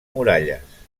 muralles